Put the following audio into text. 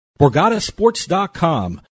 BorgataSports.com